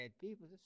people